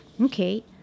Okay